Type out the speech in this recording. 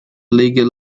legal